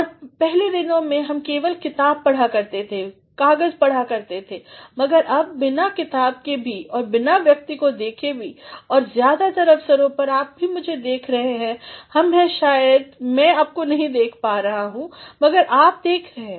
और पहले दिनों में हम केवल किताब पढ़ा करते थे कागज़ पढ़ा करते थे मगर अब बिना किताब के भी और बिना व्यक्ति को देखे भी और ज़्यादातर अवसरों पर आप भी मुझे देख रहे हैं हम हैं शायद मै आपको नहीं देख रहा हूँ मगर आप देख रहे हैं